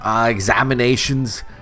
examinations